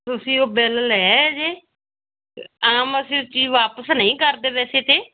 ਤੁਸੀਂ ਉਹ ਬਿੱਲ ਲੈ ਆਏ ਜੇ ਆਮ ਅਸੀਂ ਚੀਜ਼ ਵਾਪਸ ਨਹੀਂ ਕਰਦੇ ਵੈਸੇ ਤਾਂ